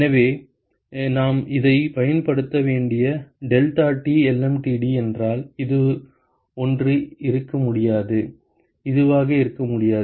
எனவே நாம் இதைப் பயன்படுத்த வேண்டிய deltaTlmtd என்றால் இது ஒன்று இருக்க முடியாது இதுவாக இருக்க முடியாது